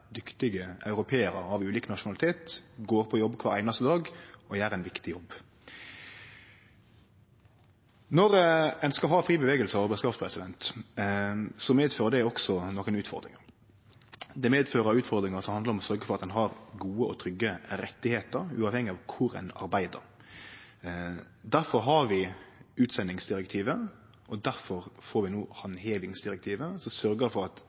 dyktige europearar av ulik nasjonalitet går på jobb kvar einaste dag og gjer ein viktig jobb. Når ein skal ha fri bevegelse av arbeidskraft, medfører det også nokre utfordringar. Det medfører utfordringar som handlar om å sørgje for at ein har gode og trygge rettar, uavhengig av kor ein arbeider. Difor har vi utsendingsdirektivet, og difor får vi no handhevingsdirektivet, som sørgjer for at